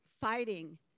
fighting